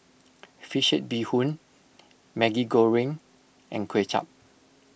Fish Head Bee Hoon Maggi Goreng and Kway Chap